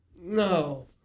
No